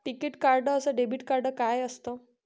टिकीत कार्ड अस debit card काय असत?